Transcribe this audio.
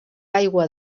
aigua